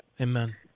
Amen